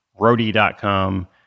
roadie.com